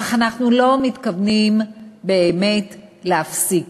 אך אנחנו לא מתכוונים באמת להפסיק,